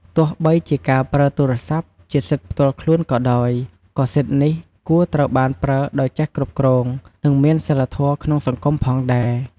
ទោះបីជាការប្រើទូរស័ព្ទជាសិទ្ធិផ្ទាល់ខ្លួនក៏ដោយ ក៏សិទ្ធិនេះគួរត្រូវបានប្រើដោយចេះគ្រប់គ្រង និងមានសីលធម៌ក្នុងសង្គមផងដែរ។